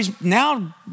now